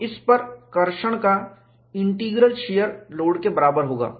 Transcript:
तो इस पर कर्षण ट्रैक्शन का इंटीग्रल शीयर लोड के बराबर होगा